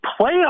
playoff